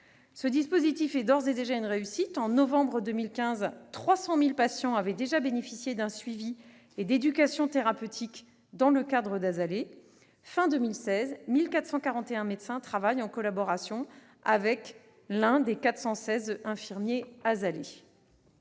Ce dispositif est d'ores et déjà une réussite. Au mois de novembre 2015, 300 000 patients avaient bénéficié d'un suivi et d'éducation thérapeutique dans son cadre. À la fin de l'année 2016, 1 441 médecins travaillaient en collaboration avec l'un des 416 infirmières